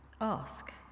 ask